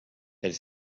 elle